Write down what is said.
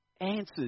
answers